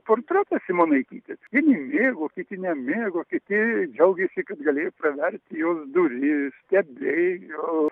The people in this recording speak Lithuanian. portretas simonaitytės vieni mėgo kiti nemėgo kiti džiaugėsi kad gali praverti jos duris stebėjo